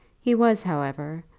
he was, however,